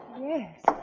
Yes